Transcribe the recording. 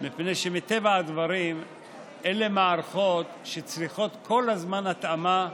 מפני שמטבע הדברים אלה מערכות שצריכות כל הזמן התאמה,